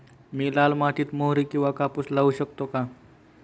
मी लाल मातीत मोहरी किंवा कापूस लावू शकतो का?